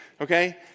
Okay